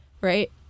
Right